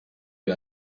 wir